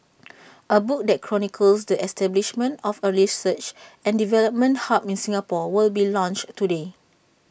A book that chronicles the establishment of A research and development hub in Singapore will be launched today